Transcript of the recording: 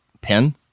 pen